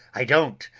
i don't.